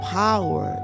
power